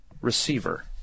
receiver